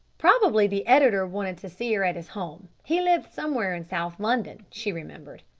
probably the editor wanted to see her at his home, he lived somewhere in south london, she remembered.